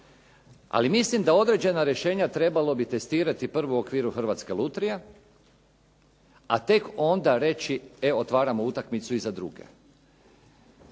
Ali mislim da određenja rješetnja trebalo bi testirati prvo u okviru Hrvatske lutrije, a tek onda reći otvaramo utakmicu i za druge.